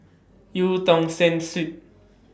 EU Tong Sen Street